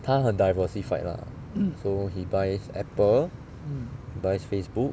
他很 diversified lah so he buys Apple he buys Facebook